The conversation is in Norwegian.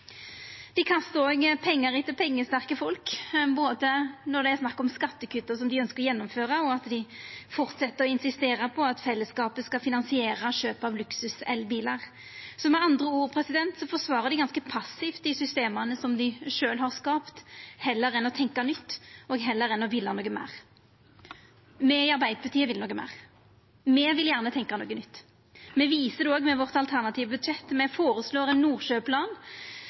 Dei kastar òg pengar etter pengesterke folk, både når det er snakk om skattekutta dei ønskjer å gjennomføra, og ved at dei fortset å insistera på at fellesskapet skal finansiera kjøp av luksuselbilar. Med andre ord forsvarar dei ganske passivt dei systema dei sjølve har skapt, heller enn å tenkja nytt, og heller enn å villa noko meir. Me i Arbeidarpartiet vil noko meir. Me vil gjerne tenkja noko nytt. Me viser det òg med vårt alternative budsjett. Me føreslår ein